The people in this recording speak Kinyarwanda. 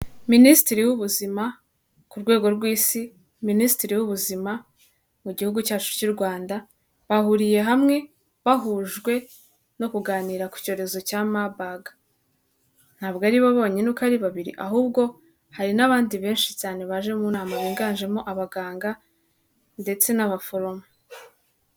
Minisitiri w'ubuzima ku rwego rw'isi, minisitiri w'ubuzima mu gihugu cyacu cy'u Rwanda bahuriye hamwe bahujwe no kuganira ku cyorezo cya mabeg ntabwo aribo bonyine uko ari babiri ahubwo hari n'abandi benshi cyane baje mu nama biganjemo abaganga ndetse n'abaforomo.